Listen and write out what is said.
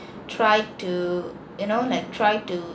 try to you know like try to